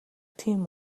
тийм